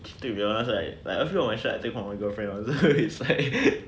to be honest right like a few of my shirt I take from my girlfriend [one] so it's like